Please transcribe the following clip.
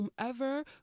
whomever